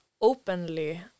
openly